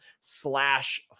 slash